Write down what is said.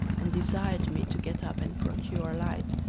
and desired me to get up and procure a light,